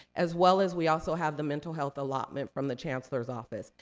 as well as we also have the mental health allotment from the chancellor's office.